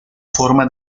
forma